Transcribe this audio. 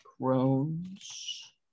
Crohn's